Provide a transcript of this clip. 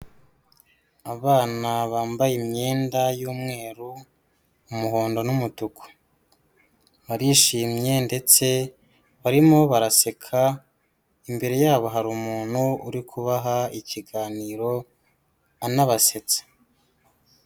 Abana bambaye imyenda y'umweru, umuhondo n'umutuku. Barishimye ndetse barimo baraseka, imbere yabo hari umuntu uri kubaha ikiganiro anabasetsa.